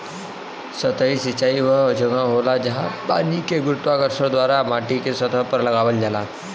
सतही सिंचाई वह जगह होला, जहाँ पानी के गुरुत्वाकर्षण द्वारा माटीके सतह पर लगावल जाला